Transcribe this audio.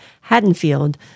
Haddonfield